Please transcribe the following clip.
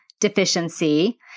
deficiency